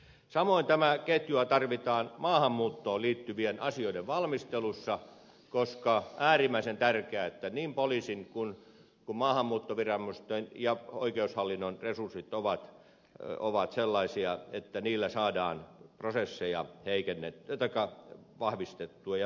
samoin tätä ketjua tarvitaan maahanmuuttoon liittyvien asioiden valmistelussa koska on äärimmäisen tärkeää että niin poliisin kuin maahanmuuttoviranomaisten ja oikeushallinnon resurssit ovat sellaisia että niillä saadaan prosesseja vahvistettua ja nopeutettua